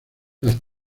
las